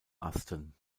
asten